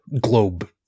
globe